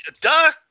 Duh